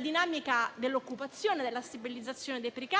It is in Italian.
dinamica dell'occupazione e della stabilizzazione dei precari,